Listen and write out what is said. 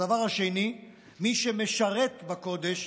הדבר השני, מי שמשרת בקודש